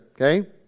okay